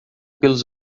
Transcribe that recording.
pelos